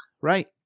right